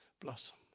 Blossom